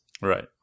Right